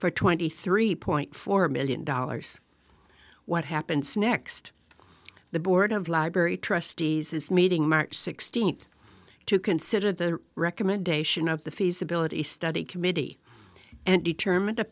for twenty three point four million dollars what happens next the board of library trustees is meeting march sixteenth to consider the recommendation of the feasibility study committee and determine t